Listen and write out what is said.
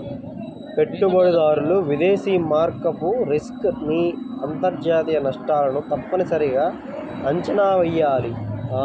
పెట్టుబడిదారులు విదేశీ మారకపు రిస్క్ ని అంతర్జాతీయ నష్టాలను తప్పనిసరిగా అంచనా వెయ్యాలి